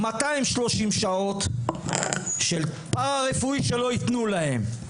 230 שעות של פרא רפואי שלא יתנו להם.